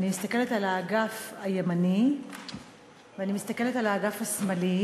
אני מסתכלת על האגף הימני ואני מסתכלת על האגף השמאלי,